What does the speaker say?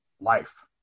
life